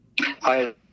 Hi